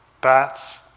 bats